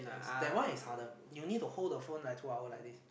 yes that one is harder you need to hold the phone like two hours like this